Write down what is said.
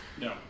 No